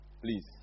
please